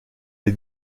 les